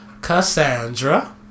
Cassandra